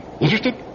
Interested